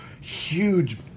huge